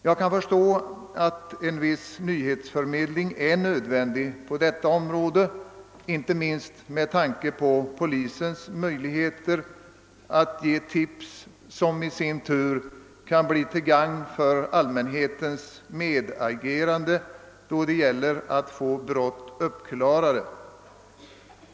Jag kan förstå att en viss nyhetsförmedling är nödvändig på detta område, inte minst med tanke på polisens möjligheter att ge informationer, vilka i sin tur kan bli till gagn för allmänhetens medagerande när det gäller att få brott uppklarade.